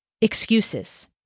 excuses